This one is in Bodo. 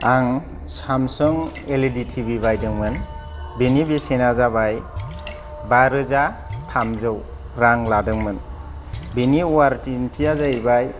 आं सेमसां L E D T V बायदोंमोन बेनि बेसेना जाबाय बारोजा थामजौ रां लादोंमोन बेनि अवारेन्थिया जाहैबाय